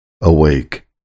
Awake